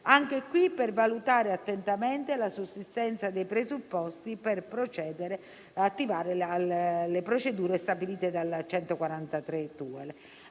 fine di valutare attentamente la sussistenza dei presupposti per attivare le procedure stabilite dall'articolo